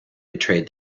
betrayed